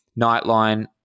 Nightline